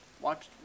Watch